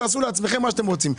תעשו לעצמכם מה שאתם רוצים.